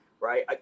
right